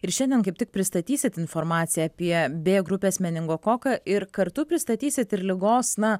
ir šiandien kaip tik pristatysit informaciją apie b grupės meningokoką ir kartu pristatysit ir ligos na